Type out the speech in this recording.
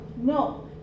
no